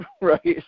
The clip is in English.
right